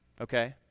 Okay